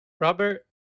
Robert